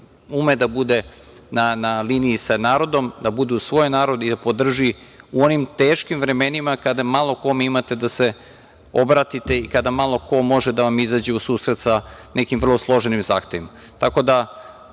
ume da bude na liniji sa narodom, da bude uz svoj narod i da podrži u onim teškim vremenima kada malo kome imate da se obratite i kada malo ko može da vam izađe u susret sa nekim vrlo složenim zahtevima. Tako